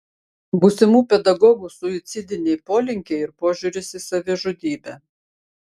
būsimų pedagogų suicidiniai polinkiai ir požiūris į savižudybę